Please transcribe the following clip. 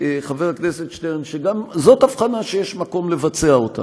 חבר הכנסת שטרן, שגם זאת הבחנה שיש מקום לעשות.